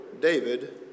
David